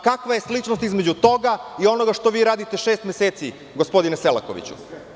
Kakva je sličnost između toga i onoga što vi radite gospodine Selakoviću?